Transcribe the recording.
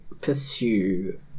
pursue